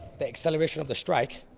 the acceleration of the strike,